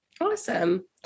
awesome